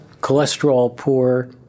cholesterol-poor